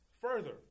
further